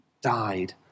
died